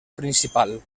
principal